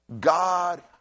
god